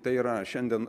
tai yra šiandien